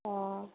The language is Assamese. অঁ